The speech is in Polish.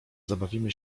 zabawimy